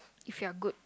if you're good